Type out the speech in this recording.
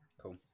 Cool